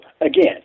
again